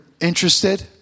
interested